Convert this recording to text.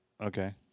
okay